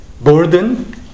burden